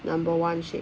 number one shape